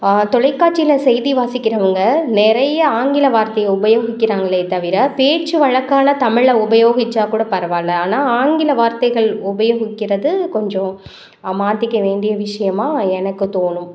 தொலைக்காட்சியில செய்தி வாசிக்கிறவங்க நிறைய ஆங்கில வார்த்தையை உபயோக்கிறாங்களே தவிர பேச்சு வழக்கான தமிழை உபயோகிச்சால் கூட பரவாயில்ல ஆனால் ஆங்கில வார்த்தைகள் உபயோகிக்கிறது கொஞ்சம் மாற்றிக்க வேண்டிய விஷயமா எனக்கு தோணும்